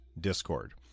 Discord